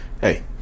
Hey